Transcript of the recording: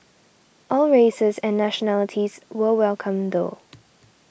all races and nationalities were welcome though